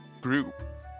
group